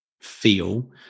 feel